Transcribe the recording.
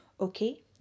Okay